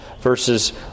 verses